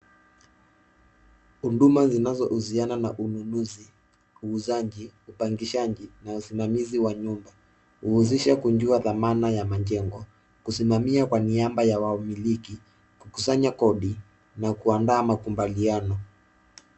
Huduma zinazohusiana na ununuzi, uuzaji, upangishaji na usimamizi wa nyumba uhusisha kujua dhamana ya majengo, kusimamia kwa niaba ya wamiliki, kukusanya kodi na kuandaa makubaliano.